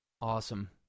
Awesome